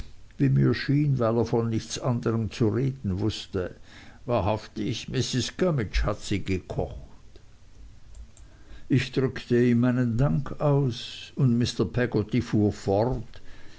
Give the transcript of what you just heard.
weil er von nichts anders zu reden wußte wahrhaftig mrs gummidge hat se gekocht ich drückte ihm meinen dank aus und mr peggotty fuhr fort